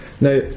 Now